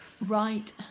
Right